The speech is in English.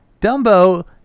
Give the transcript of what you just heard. Dumbo